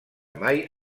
mai